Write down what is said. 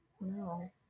No